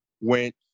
went